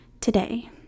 today